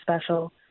special